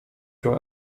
się